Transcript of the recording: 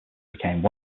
became